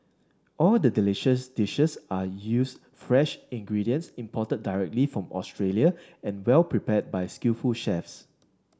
all the delicious dishes are used fresh ingredients imported directly from Australia and well prepared by skillful chefs